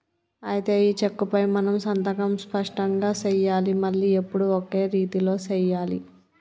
అయితే ఈ చెక్కుపై మనం సంతకం స్పష్టంగా సెయ్యాలి మళ్లీ ఎప్పుడు ఒకే రీతిలో సెయ్యాలి